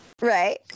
Right